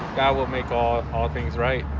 god will make all ah things right.